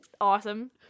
awesome